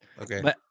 okay